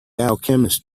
alchemist